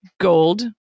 gold